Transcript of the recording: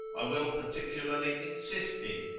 i will particularly insist in,